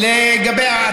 מה שאמרתי,